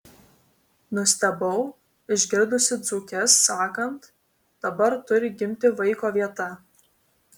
nustebau išgirdusi dzūkes sakant dabar turi gimti vaiko vieta